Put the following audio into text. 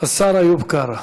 השר איוב קרא.